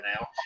now